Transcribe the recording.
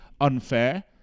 unfair